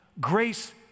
grace